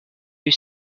you